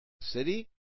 city